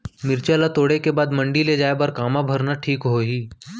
मिरचा ला तोड़े के बाद मंडी ले जाए बर का मा भरना ठीक होही?